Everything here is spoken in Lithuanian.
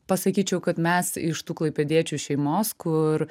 pasakyčiau kad mes iš tų klaipėdiečių šeimos kur